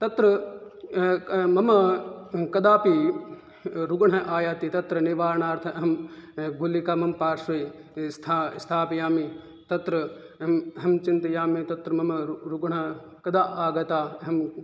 तत्र मम कदापि रुग्णः आयाति तत्र निवारणार्थम् अहं गुलिका मम पार्श्वे स्थापयामि तत्र अहम् अहं चिन्तयामि तत्र मम रुग्णः कदा आगता अहं